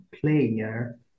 player